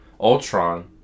ultron